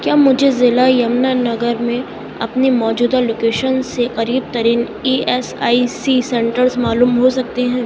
کیا مجھے ضلع یمنا نگر میں اپنی موجودہ لوکیشن سے قریب ترین E S I C centres معلوم ہو سکتے ہیں